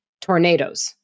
Tornadoes